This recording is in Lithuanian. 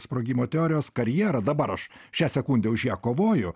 sprogimo teorijos karjerą dabar aš šią sekundę už ją kovoju